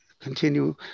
continue